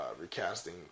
recasting